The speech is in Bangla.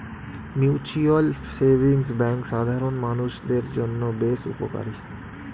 মিউচুয়াল সেভিংস ব্যাঙ্ক সাধারণ মানুষদের জন্য বেশ উপকারী